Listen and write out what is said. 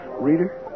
reader